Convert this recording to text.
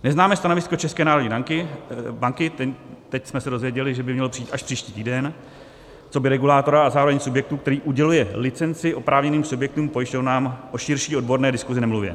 Neznáme stanovisko České národní banky teď jsme se dověděli, že by mělo přijít až příští týden coby regulátora a zároveň subjektu, který uděluje licenci oprávněným subjektům, pojišťovnám, o širší odborné diskusi nemluvě.